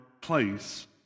place